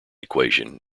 equation